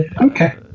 Okay